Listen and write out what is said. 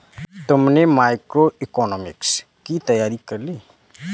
तुमने मैक्रोइकॉनॉमिक्स की तैयारी कर ली?